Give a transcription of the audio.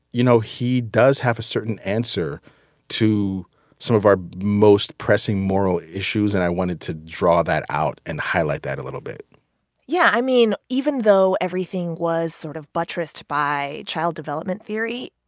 you know, he does have a certain answer to some of our most pressing moral issues. and i wanted to draw that out and highlight that a little bit yeah. i mean, even though everything was sort of buttressed by child development theory,